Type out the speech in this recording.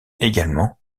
également